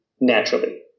naturally